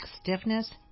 stiffness